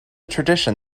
tradition